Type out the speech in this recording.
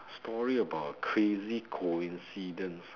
story about a crazy coincidence